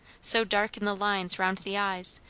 so dark in the lines round the eyes,